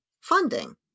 funding